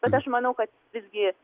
bet aš manau kad visgi